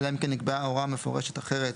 אלא אם כן נקבעה הוראה מפורשת אחרת